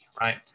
right